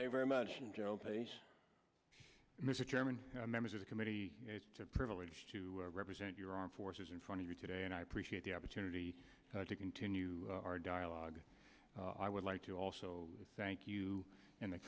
they very much and job mr chairman members of the committee it's a privilege to represent your armed forces in front of you today and i appreciate the opportunity to continue our dialogue i would like to also thank you in the